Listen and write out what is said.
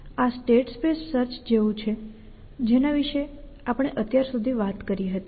આ state space search જેવું છે જેના વિશે આપણે અત્યાર સુધી વાત કરી હતી